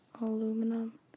aluminum